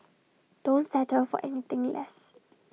don't settle for anything less